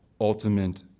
ultimate